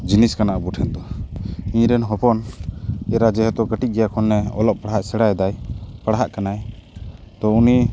ᱡᱤᱱᱤᱥ ᱠᱟᱱᱟ ᱟᱵᱚ ᱴᱷᱮᱱ ᱫᱚ ᱤᱧ ᱨᱮᱱ ᱦᱚᱯᱚᱱ ᱮᱨᱟ ᱡᱮᱦᱮᱛᱩ ᱠᱟᱹᱴᱤᱡ ᱜᱮᱭᱟᱭ ᱮᱠᱷᱚᱱᱮ ᱚᱞᱚᱜ ᱯᱟᱲᱦᱟᱜ ᱥᱮᱬᱟᱭ ᱫᱟᱭ ᱯᱟᱲᱦᱟᱜ ᱠᱟᱱᱟᱭ ᱛᱚ ᱩᱱᱤ